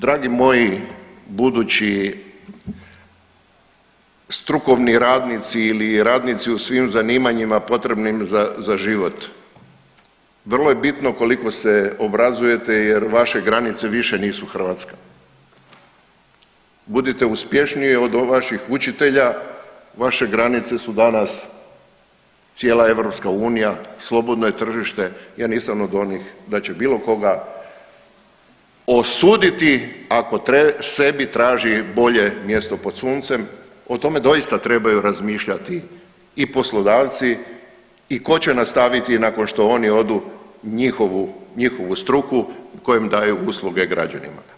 Dragi moji budući strukovni radnici ili radnici u svim zanimanjima potrebnim za život vrlo je bitno koliko se obrazujete jer vaše granice više nisu Hrvatska, budite uspješniji od vaših učitelja, vaše granice su danas cijela EU, slobodno je tržite, ja nisam od onih da će bilo koga osuditi ako sebi traži bolje mjesto pod suncem, o tome doista trebaju razmišljati i poslodavci i ko će nastaviti nakon što oni odu njihovu, njihovu struku kojom daju usluge građanima.